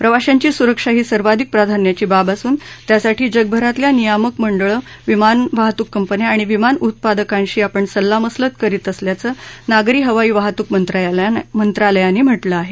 प्रवाशांची सुरक्षा ही सर्वाधिक प्राधान्याची बाब असून त्यासाठी जगभरातल्या नियामक मंडळं विमान वाहतूक कंपन्या आणि विमान उत्पादकांशी आपण सल्लामसलत करीत असल्याचं नागरी हवाई वाहतूक मंत्रालयानं म्हटलं आहे